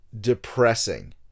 depressing